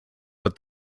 but